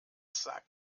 sagt